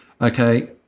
Okay